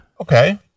Okay